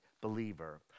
believer